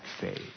faith